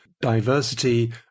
diversity